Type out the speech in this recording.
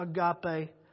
agape